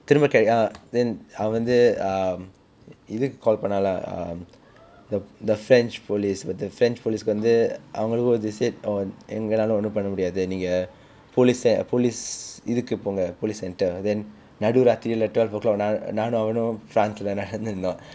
திரும்ப கிடைக்க:thirumba kidaikka ah then அவன் வந்து:avan vanthu um இதுக்கு:ithukku call பண்ணான்:pannaan lah um the the french police but the french police க்கு வந்து அவங்களும்:kku vanthu avngalum they said oh எங்களால ஒன்னும் பண்ண முடியாது நீங்க:engalaala onnum panna mudiyaathu ninga police um police இதுக்கு போங்க:ithukku ponga police centre then நடு ராத்திரியில:nadu raathiriyila twelve o'clock நான் நானும் அவனும்:naan naanum avanum france இல்ல நடந்து இருந்தோம்:illa nadanthu irunthoam